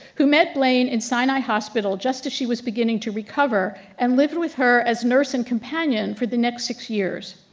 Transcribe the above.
who met blaine in sinai hospital just as she was beginning to recover, and lived with her as nurse and companion for the next six years.